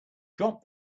drop